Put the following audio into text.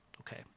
okay